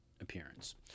appearance